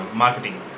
marketing